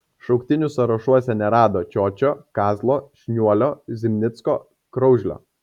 šauktinių sąrašuose nerado čiočio kazlo šniuolio zimnicko kraužlio